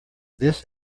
this